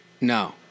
No